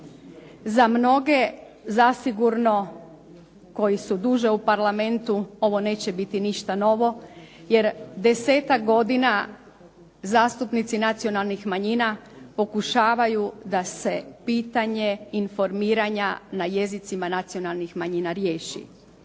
Za mnoge zasigurno koji su duže u Parlamentu ovo neće biti ništa novo, jer desetak godina zastupnici nacionalnih manjina pokušavaju da se pitanje informiranja na jezicima nacionalnih manjina riješi.